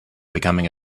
becoming